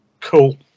Cool